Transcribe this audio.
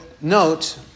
note